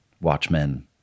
Watchmen